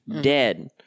Dead